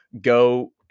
go